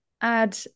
add